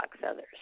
feathers